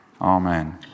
amen